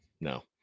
no